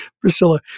Priscilla